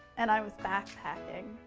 and i was backpacking,